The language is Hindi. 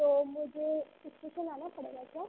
तो मुझे इस्टेशन आना पड़ेगा क्या